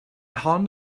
hon